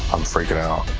i'm freaking out.